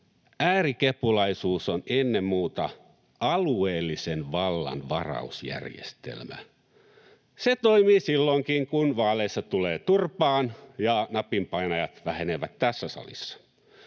Äärikepulaisuus on ennen muuta alueellisen vallan varausjärjestelmä. Se toimii silloinkin kun vaaleissa tulee turpaan ja napinpainajat vähenevät tässä salissa.